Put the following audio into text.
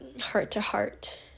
heart-to-heart